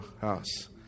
house